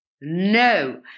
No